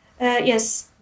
Yes